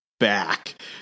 Back